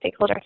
stakeholders